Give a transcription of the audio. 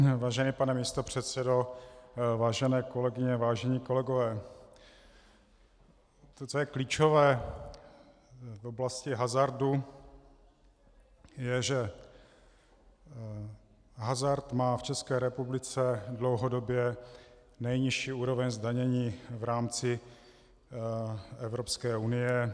Vážený pane místopředsedo, vážené kolegyně, vážení kolegové, to, co je klíčové v oblasti hazardu, je, že hazard má v České republice dlouhodobě nejnižší úroveň zdanění v rámci Evropské unie.